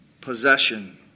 possession